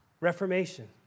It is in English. Reformation